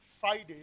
Friday